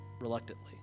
reluctantly